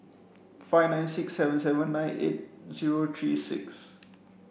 five nine six seven seven nine eight zero three six